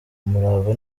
umurava